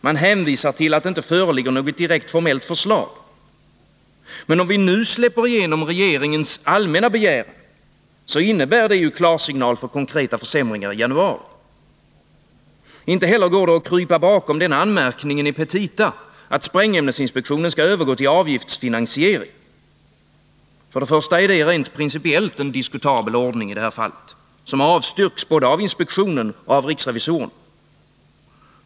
Man hänvisar till att det inte föreligger något direkt formellt förslag. Men om vi nu släpper igenom regeringens allmänna begäran, så innebär det en klarsignal för konkreta försämringar i januari. Inte heller går det att krypa bakom anmärkningen i petita, att sprängämnesinspektionen skall övergå till avgiftsfinansiering. För det första är det i det här fallet rent principiellt en diskutabel ordning, som avstyrkts av både inspektionen och riksrevisorerna.